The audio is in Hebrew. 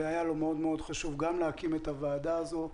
שהיה לו מאוד חשוב להקים את הוועדה הזאת.